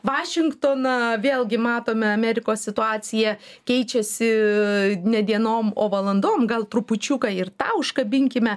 vašingtoną vėlgi matome amerikos situacija keičiasi ne dienom o valandom gal trupučiuką ir tą užkabinkime